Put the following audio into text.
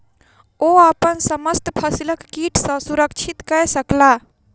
ओ अपन समस्त फसिलक कीट सॅ सुरक्षित कय सकला